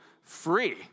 free